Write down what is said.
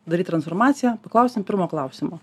daryti transformaciją paklausiam pirmo klausimo